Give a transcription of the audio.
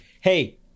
hey